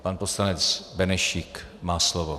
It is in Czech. Pan poslanec Benešík má slovo.